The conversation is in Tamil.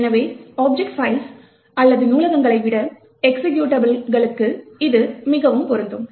எனவே ஆப்ஜெக்ட் பைல்ஸ் அல்லது நூலகங்களை விட எக்சிகியூட்டபிள்களுக்கு இது மிகவும் பொருந்தும்